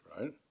right